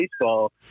baseball